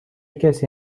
کسی